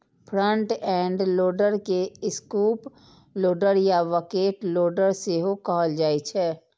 front end loader के scoop loader या bucket loader सेहो कहल जाइ छै